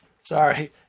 sorry